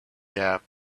gap